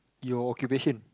your occupation